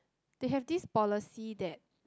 they have this policy that